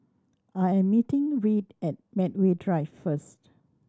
I am meeting Reed at Medway Drive first